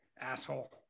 asshole